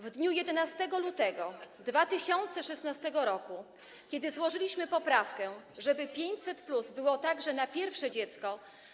W dniu 11 lutego 2016 r., kiedy złożyliśmy poprawkę, żeby 500+ było także na pierwsze dziecko.